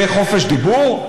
זה חופש דיבור?